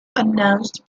announced